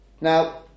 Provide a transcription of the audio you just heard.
Now